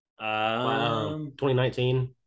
2019